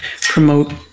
promote